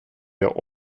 der